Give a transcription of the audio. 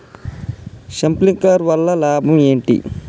Sprinkler వల్ల లాభం ఏంటి?